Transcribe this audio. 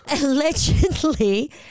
Allegedly